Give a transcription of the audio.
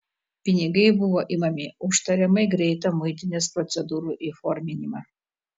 pinigai buvo imami už tariamai greitą muitinės procedūrų įforminimą